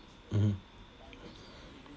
mmhmm